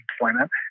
employment